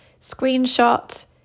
screenshot